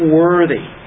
worthy